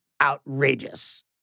outrageous